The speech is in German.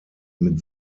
mit